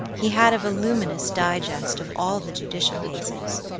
he had a voluminous digest of all the judicial cases,